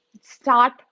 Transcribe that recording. Start